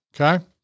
Okay